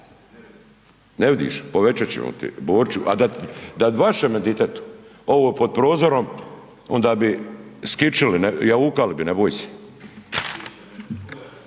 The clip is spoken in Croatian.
Ne vidiš, povećat ćemo ti Boriću, a da je vašemu ditetu ovo pod prozorom onda bi skićili, jaukali bi ne boj se.